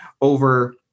over